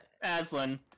Aslan